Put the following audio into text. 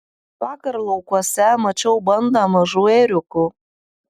vakar laukuose mačiau bandą mažų ėriukų